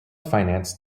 financed